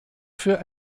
für